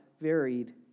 varied